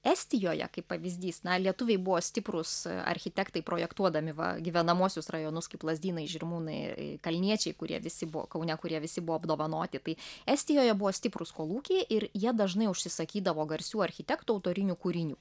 estijoje kaip pavyzdys na lietuviai buvo stiprūs architektai projektuodami va gyvenamuosius rajonus kaip lazdynai žirmūnai kalniečiai kurie visi buvo kaune kurie visi buvo apdovanoti tai estijoje buvo stiprūs kolūkiai ir jie dažnai užsisakydavo garsių architektų autorinių kūrinių